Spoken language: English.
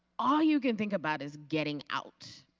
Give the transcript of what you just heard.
all you can think about is getting out.